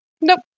Nope